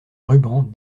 rubans